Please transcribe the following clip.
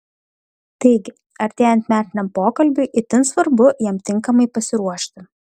taigi artėjant metiniam pokalbiui itin svarbu jam tinkamai pasiruošti